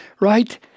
right